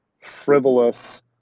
frivolous